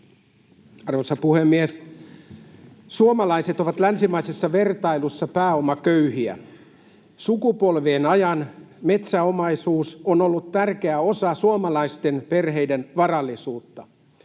Arvoisa puhemies! Suomalaiset ovat länsimaisessa vertailussa pääomaköyhiä. Sukupolvien ajan metsäomaisuus on ollut tärkeä osa suomalaisten perheiden varallisuutta.